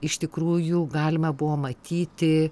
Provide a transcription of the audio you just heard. iš tikrųjų galima buvo matyti